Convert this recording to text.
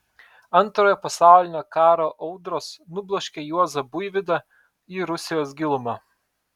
antrojo pasaulinio karo audros nubloškė juozą buivydą į rusijos gilumą